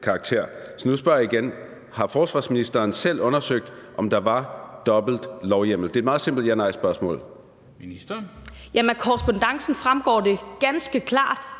Så nu spørger jeg igen: Har forsvarsministeren selv undersøgt, om der var dobbelt lovhjemmel? Det er meget simpelt at svare enten ja eller nej til spørgsmålet.